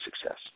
success